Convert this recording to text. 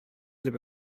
дип